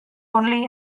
only